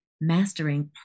mastering